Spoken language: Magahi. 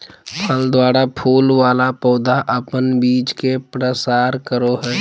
फल द्वारा फूल वाला पौधा अपन बीज के प्रसार करो हय